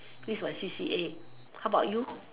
this is my C_C_A how about you